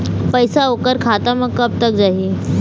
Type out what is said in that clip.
पैसा ओकर खाता म कब तक जाही?